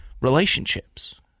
relationships